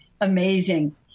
amazing